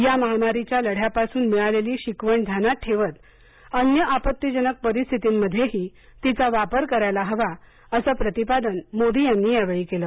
या महामारी च्या लढ्यापासून मिळालेली शिकवण ध्यानात ठेवत अन्य आपत्तीजनक परीस्थितीमधेही तिचा वापर करायला हवा असं प्रतिपादन मोदी यांनी यावेळी केलं